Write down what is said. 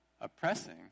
oppressing